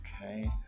Okay